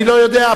אני לא יודע.